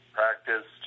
practice